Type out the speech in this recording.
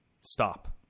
stop